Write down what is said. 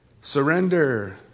Surrender